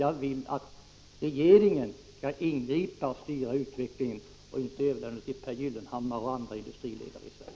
Jag vill att regeringen skall ingripa och styra utvecklingen och inte överlämna det till Pehr Gyllenhammar och andra industriledare i Sverige.